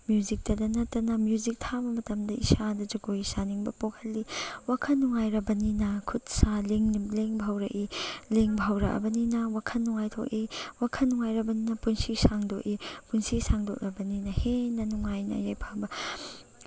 ꯃ꯭ꯌꯨꯖꯤꯛꯇꯗ ꯅꯠꯇꯅ ꯃ꯭ꯌꯨꯖꯤꯛ ꯊꯥꯕ ꯃꯇꯝꯗ ꯏꯁꯥꯗ ꯖꯒꯣꯏ ꯁꯥꯅꯤꯡꯕ ꯄꯣꯛꯍꯜꯂꯤ ꯋꯥꯈꯜ ꯅꯨꯡꯉꯥꯏꯔꯕꯅꯤꯅ ꯈꯨꯠ ꯁꯥ ꯂꯦꯡꯕ ꯍꯧꯔꯛꯏ ꯂꯦꯡꯕ ꯍꯧꯔꯛꯑꯕꯅꯤꯅ ꯋꯥꯈꯟ ꯅꯨꯡꯉꯥꯏꯊꯣꯛꯏ ꯋꯥꯈꯟ ꯅꯨꯡꯉꯥꯏꯔꯕꯅꯤꯅ ꯄꯨꯟꯁꯤ ꯁꯥꯡꯗꯣꯛꯏ ꯄꯨꯟꯁꯤ ꯁꯥꯡꯗꯣꯛꯂꯕꯅꯤꯅ ꯍꯦꯟꯅ ꯅꯨꯡꯉꯥꯏꯅ ꯌꯥꯏꯐꯕ